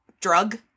drug